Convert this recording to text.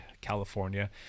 California